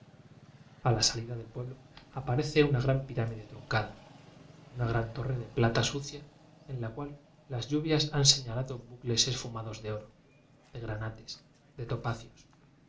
a la salida del pueblo aparece una gran biblioteca nacional de españa pirámide truncada una gran torre de plata sucia en la cual las lluvias han señalado bucles esfumados de oro de granates de topacios